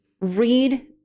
read